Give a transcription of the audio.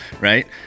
right